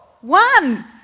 One